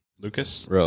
Lucas